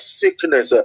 sickness